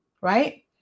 right